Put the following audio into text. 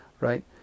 right